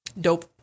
Dope